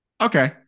Okay